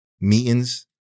meetings